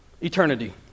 eternity